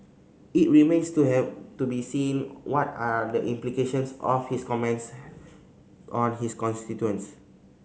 it remains to have to be seen what are the implications of his comments on his constituents